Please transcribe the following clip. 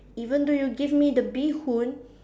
even though you give me the bee-hoon